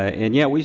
and yeah,